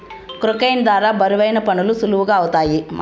క్రొక్లేయిన్ ద్వారా బరువైన పనులు సులువుగా ఐతాయి